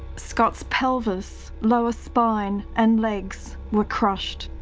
scott's pelvis, lower spine and legs were crushed.